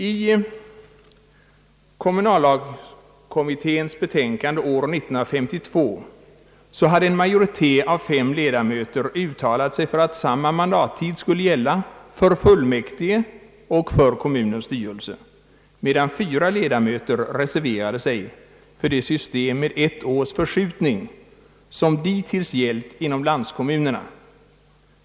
I kommunallagkommitténs betänkande år 1952 hade en majoritet av fem ledamöter uttalat sig för att samma mandattid skulle gälla för fullmäktige och för kommunernas styrelser, medan fyra ledamöter reserverade sig för systemet med ett års förskjutning som dittills gällt inom landskommunerna.